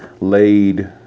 laid